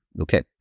Okay